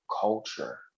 culture